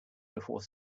before